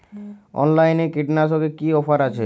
অনলাইনে কীটনাশকে কি অফার আছে?